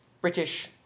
British